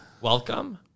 welcome